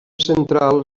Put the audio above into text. central